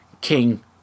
King